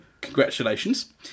congratulations